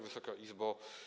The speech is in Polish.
Wysoka Izbo!